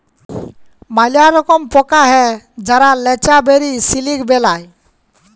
ম্যালা রকম পকা হ্যয় যারা ল্যাচারেলি সিলিক বেলায়